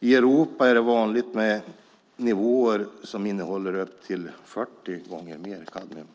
I Europa är det vanligt med nivåer på upp till 40 gånger mer kadmium.